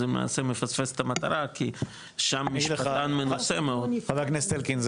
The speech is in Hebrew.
למעשה מפספס את המטרה כי שם --- חבר הכנסת אלקין,